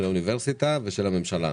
של האוניברסיטה ושל הממשלה.